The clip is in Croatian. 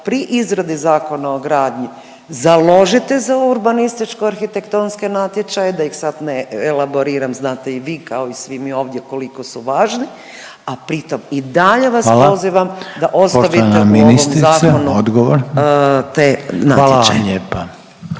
pri izradi Zakona o gradnji založite za urbanističko-arhitektonske natječaje, da ih sad ne elaboriram, znate i vi kao i svi mi ovdje koliko su važni. A pritom i dalje vas pozivam … …/Upadica Reiner: Hvala./… … da ostavite u ovom zakonu te natječaje. **Reiner, Željko (HDZ)** Poštovana ministrica odgovor. Hvala vam lijepa.